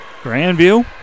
Grandview